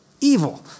evil